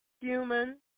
human